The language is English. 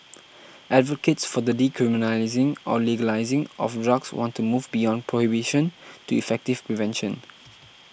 advocates for the decriminalising or legalising of drugs want to move beyond prohibition to effective prevention